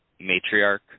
matriarch